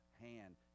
hand